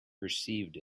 perceived